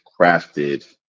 crafted